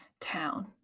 town